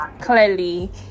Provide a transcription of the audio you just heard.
clearly